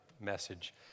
message